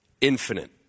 Infinite